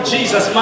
Jesus